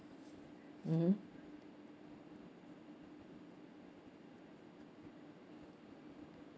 mmhmm